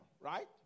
right